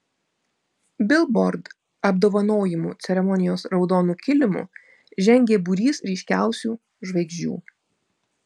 bilbord apdovanojimų ceremonijos raudonu kilimu žengė būrys ryškiausių žvaigždžių